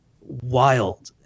wild